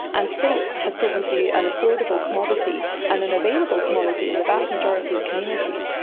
um so has proven to be an affordable commodity and an available commodity in the vast majority of communities.